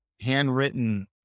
handwritten